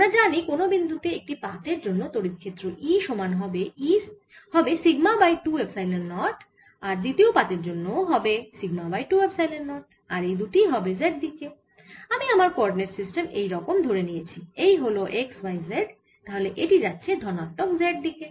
আমরা জানি কোন বিন্দু তে একটি পাতের জন্য তড়িৎ ক্ষেত্র E সমান হবে সিগমা বাই 2 এপসাইলন নট আর দ্বিতীয় পাতের জন্য ও হবে সিগমা বাই 2 এপসাইলন নট আর এই দুটিই হবে z দিকে আমি আমার কোঅরডিনেট সিস্টেম এই রকম ধরে নিয়েছি এই হল z x yতাহলে এটি যাচ্ছে ধনাত্মক z দিকে